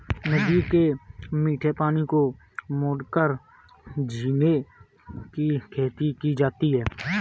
नदी के मीठे पानी को मोड़कर झींगे की खेती की जाती है